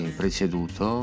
preceduto